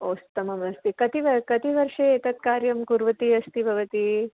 उस्तममस्ति कति व कति वर्षे एतत् कार्यं कुर्वती अस्ति भवती